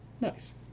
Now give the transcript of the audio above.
Nice